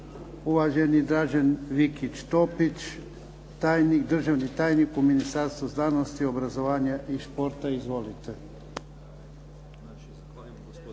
uvaženi Dražen Vikić-Topić, državni tajnik u Ministarstvu znanosti, obrazovanja i športa. Izvolite.